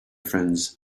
friends